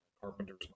Carpenter's